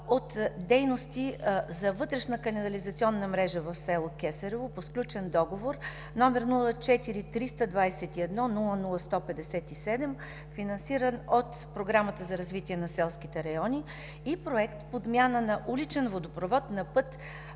от дейности за вътрешна канализационна мрежа в село Кесарево по сключен Договор № 04/321/00157, финансиран от Програмата за развитие на селските райони и Проект „Подмяна на уличен водопровод на път